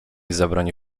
zabroni